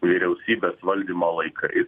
vyriausybės valdymo laikais